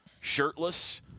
shirtless